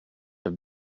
have